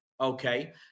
Okay